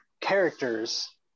characters